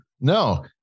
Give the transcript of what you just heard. no